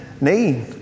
need